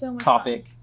topic